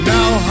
Now